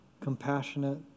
compassionate